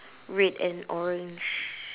red and orange